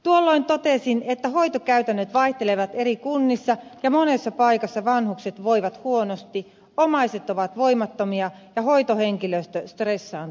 tuolloin totesin että hoitokäytännöt vaihtelevat eri kunnissa ja monessa paikassa vanhukset voivat huonosti omaiset ovat voimattomia ja hoitohenkilöstö stressaantunutta